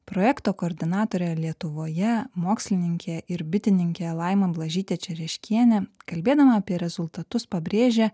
projekto koordinatorė lietuvoje mokslininkė ir bitininkė laima blažytė čereškienė kalbėdama apie rezultatus pabrėžia